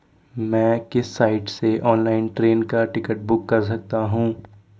मैं किस साइट से ऑनलाइन ट्रेन का टिकट बुक कर सकता हूँ?